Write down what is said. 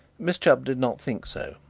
miss chubb did not think so.